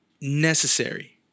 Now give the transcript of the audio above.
necessary